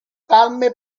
palme